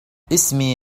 اسمي